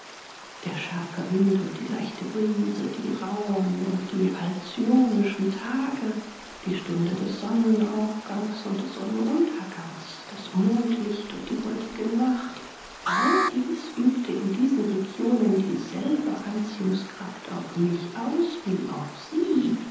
der scharfe wind und die leichte briese die rauhen und die halcyonischen tage die stunde des sonnenaufgangs und des sonnenuntergangs das mondlicht und die wolkige nacht alles dies übte in diesen regionen dieselbe anziehungskraft auf mich aus wie auf sie